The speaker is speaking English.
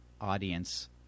audience